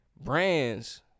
brands